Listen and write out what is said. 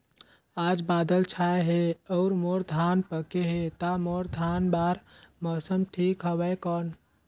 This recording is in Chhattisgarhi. आज बादल छाय हे अउर मोर धान पके हे ता मोर धान बार मौसम ठीक हवय कौन?